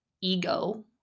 ego